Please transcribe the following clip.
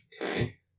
Okay